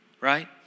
Right